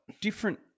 different